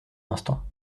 instant